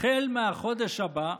החל מהחודש הבא,